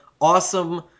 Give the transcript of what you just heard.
awesome